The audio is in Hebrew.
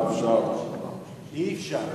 אנחנו נפעיל אלקטרונית, נדע מי הציע נגדו.